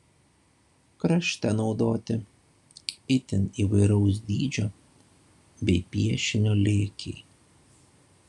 krašte naudoti itin įvairaus dydžio bei piešinio lėkiai